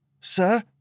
Sir